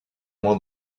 moins